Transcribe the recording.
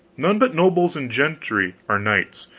none but nobles and gentry are knights,